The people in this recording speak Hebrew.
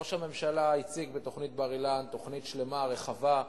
ראש הממשלה הציג בנאום בר-אילן תוכנית שלמה ורחבה,